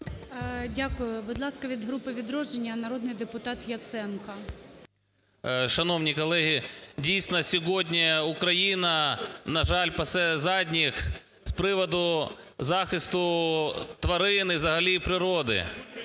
Дякую. Будь ласка, від групи "Відродження" народний депутат Яценко. 17:26:48 ЯЦЕНКО А.В. Шановні колеги! Дійсно, сьогодні Україна, на жаль, пасе задніх з приводу захисту тварин і взагалі природи.